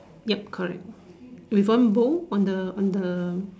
yup correct with one bow on the on the